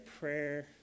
prayer